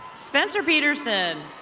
spencer peterson.